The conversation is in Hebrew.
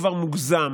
כבר מוגזם,